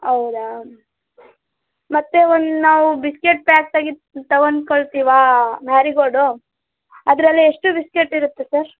ಹೌದಾ ಮತ್ತೆ ಒಂದು ನಾವು ಬಿಸ್ಕೇಟ್ ಪ್ಯಾಕ್ ತೆಗಿತ್ ತವಂದ್ ಕೊಳ್ತೀವಾ ಮ್ಯಾರಿ ಗೋಲ್ಡು ಅದರಲ್ಲಿ ಎಷ್ಟು ಬಿಸ್ಕೇಟ್ ಇರುತ್ತೆ ಸರ್